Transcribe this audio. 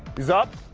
he's up?